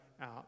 out